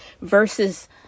versus